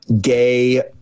gay